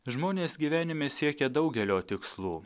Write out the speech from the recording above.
žmonės gyvenime siekė daugelio tikslų